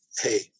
hey